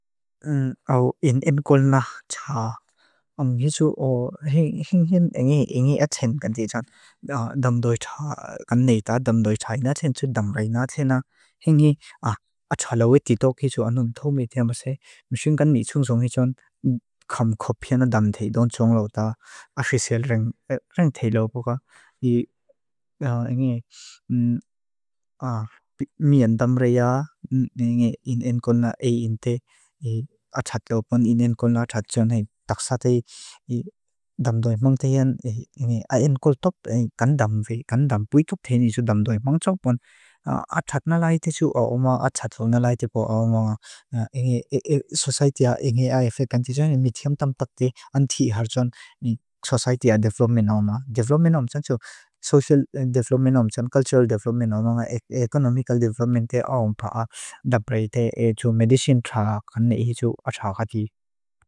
Áw in enkol na xa'a. Ánghi su áw híng híng engi atxén kan tíchan. Áw in enkol na xa'a. Ánghi su áw híng híng engi atxén kan tíchan. Damdói xa'a kan neita damdói xa'i na tsen tsú damreina tsena. Áw in enkol na xa'a. Ánghi su áw híng híng engi atxén kan tíchan. Áw in enkol na xa'a. Ánghi su áw híng engi atxén kan tíchan. Áw in enkol na xa'a. Ánghi su áw híng engi atxén kan tíchan. Átxátu áw pon in enkol na átxátu tsene taksátu íi damdói mong téhen. Ánghi in enkol top kan damdói. Kan dam puitop téhen isu damdói mong tsópon. Átxátu ná láiti tsu áw.